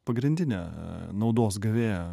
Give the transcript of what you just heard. pagrindinė naudos gavėja